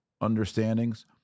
understandings